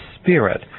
spirit